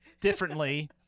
differently